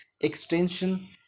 extension